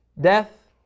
death